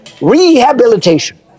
rehabilitation